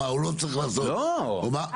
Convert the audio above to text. מה הוא לא צריך לעשות ומה --- לא.